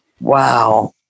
Wow